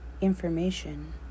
information